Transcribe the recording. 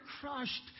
crushed